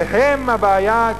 והם הבעיה,